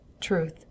truth